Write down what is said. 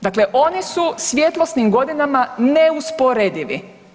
Dakle oni su svjetlosnim godinama neusporedivi.